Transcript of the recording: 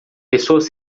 pessoas